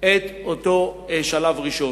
את אותו שלב ראשון.